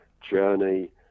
Journey